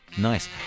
Nice